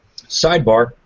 Sidebar